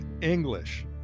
English